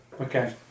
Okay